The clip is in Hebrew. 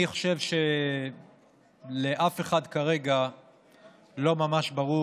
אני חושב שלאף אחד כרגע לא ממש ברור